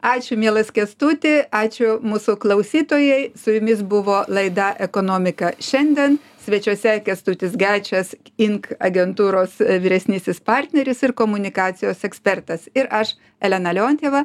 ačiū mielas kęstuti ačiū mūsų klausytojai su jumis buvo laida ekonomika šiandien svečiuose kęstutis gečas ink agentūros vyresnysis partneris ir komunikacijos ekspertas ir aš elena leontjeva